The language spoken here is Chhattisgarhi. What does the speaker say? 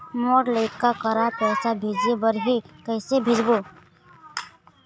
मोर लइका करा पैसा भेजें बर हे, कइसे भेजबो?